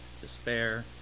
despair